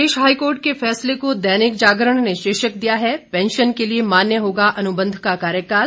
प्रदेश high court के फैसले को दैनिक जागरण ने शीर्षक दिया है पेंशन के लिए मान्य होगा अनुबंध का कार्यकाल